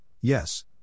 yes